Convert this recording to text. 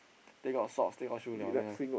take out socks take out shoe [liao]